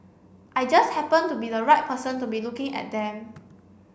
I just happened to be the right person to be looking at them